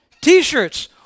T-shirts